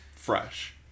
Fresh